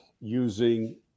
using